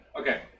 okay